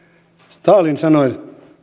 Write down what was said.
stalin sanoi